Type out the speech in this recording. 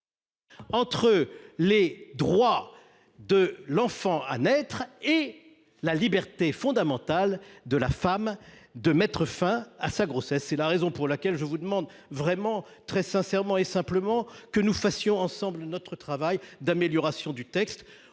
entre les droits de l’enfant à naître et la liberté fondamentale de la femme de mettre fin à sa grossesse. C’est la raison pour laquelle je vous demande très sincèrement et simplement que nous fassions ensemble notre travail d’amélioration du texte.